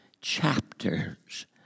chapters